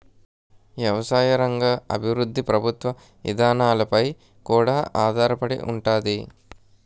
ఎవసాయ రంగ అభివృద్ధి ప్రభుత్వ ఇదానాలపై కూడా ఆధారపడి ఉంతాది